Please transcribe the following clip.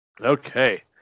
Okay